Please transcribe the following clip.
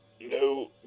No